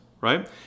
right